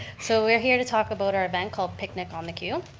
so we're here to talk about our event called picnic on the q.